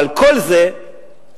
אבל כל זה נובע,